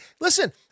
Listen